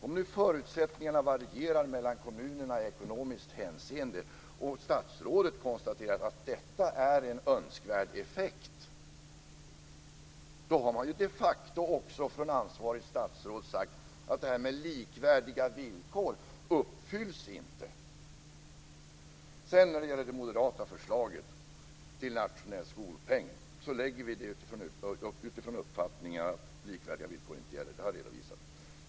Om nu förutsättningarna varierar mellan kommunerna i ekonomiskt hänseende och statsrådet konstaterar att detta är en önskvärd effekt så har man ju de facto också från ansvarigt statsråd sagt att det här med likvärdiga villkor inte uppfylls! Vi lägger fram det moderata förslaget till nationell skolpeng utifrån uppfattningar att likvärdiga villkor inte gäller - det har jag redovisat.